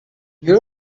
you